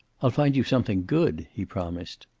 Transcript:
i'll find you something good, he promised.